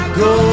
go